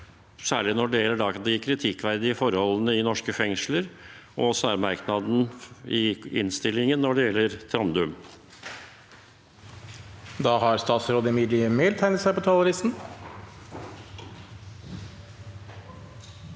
særlig når det gjelder de kritikkverdige forholdene i norske fengsler og særmerknaden i innstillingen når det gjelder Trandum.